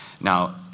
Now